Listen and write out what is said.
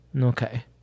Okay